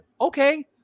okay